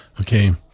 Okay